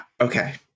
Okay